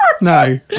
no